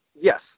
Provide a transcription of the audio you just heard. yes